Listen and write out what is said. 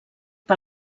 per